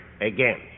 again